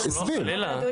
לא, חלילה.